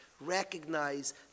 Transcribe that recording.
recognize